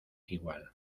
igual